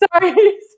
sorry